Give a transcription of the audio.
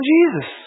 Jesus